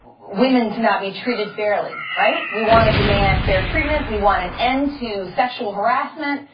women to not be treated fairly, right? we want to demand fair treatment, we want an end to sexual harassment,